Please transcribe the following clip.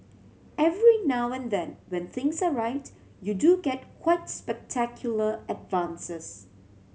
every now and then when things are right you do get quite spectacular advances